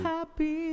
Happy